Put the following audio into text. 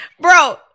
bro